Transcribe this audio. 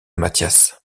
mathias